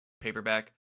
paperback